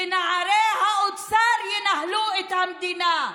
ונערי האוצר ינהלו את המדינה.